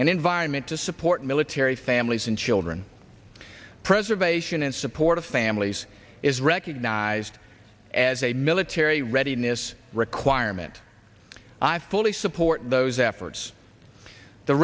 and environment to support military families and children preservation and support of families is recognized as a military readiness requirement i fully support those efforts the